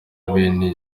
bene